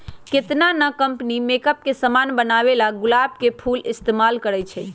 केतना न company makeup के समान बनावेला गुलाब के फूल इस्तेमाल करई छई